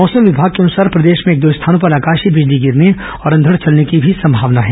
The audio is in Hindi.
मौसम विमाग के अनुसार प्रदेश में एक दो स्थानों पर आकाशोय बिजली गिरने और अंधड़ चलने की भी संभावना है